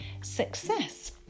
success